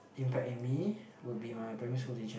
impact in me would be my primary school teacher